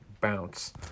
bounce